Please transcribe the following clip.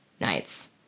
nights